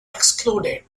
excluded